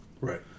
Right